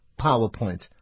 PowerPoint